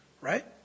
right